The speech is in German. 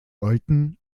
olten